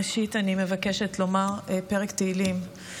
ראשית אני מבקשת לומר פרק תהילים.